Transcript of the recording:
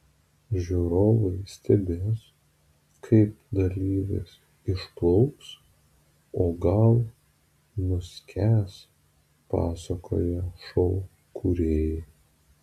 žiūrovai stebės kaip dalyvis išplauks o gal nuskęs pasakoja šou kūrėjai